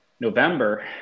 November